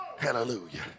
Hallelujah